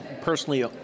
personally